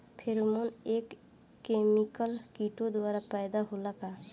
Pheromone एक chemical किटो द्वारा पैदा होला का?